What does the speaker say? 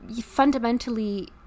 fundamentally